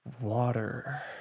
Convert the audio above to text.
water